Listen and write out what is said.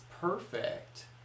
perfect